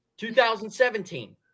2017